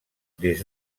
des